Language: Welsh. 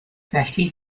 felly